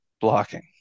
blocking